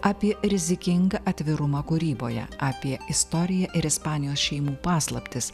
apie rizikingą atvirumą kūryboje apie istoriją ir ispanijos šeimų paslaptis